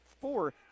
four